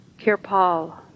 Kirpal